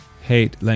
hate